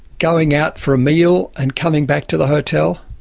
going out for a meal and coming back to the hotel,